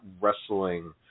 wrestling